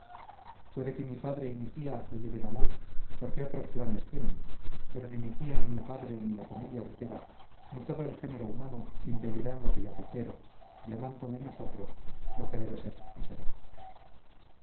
puede que mi padre y mi tía lo lleven a mal porque otros planes tienen pero ni mi tía ni mi padre ni la familia entera ni todo el género humano impedirán lo que yo quiero llamándome nosotros lo que debe ser y será